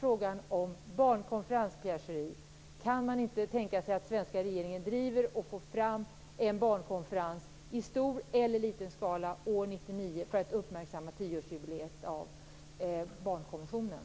Frågan om en barnkonferens, Pierre Schori. Kan man inte tänka sig att svenska regeringen driver frågan att inrätta en barnkonferens i stor eller liten skala år 1999 för att uppmärksamma tioårsjubileet av barnkonventionen?